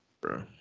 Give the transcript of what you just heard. bro